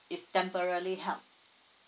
it's temporary help